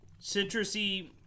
citrusy